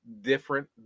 different